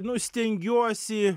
nu stengiuosi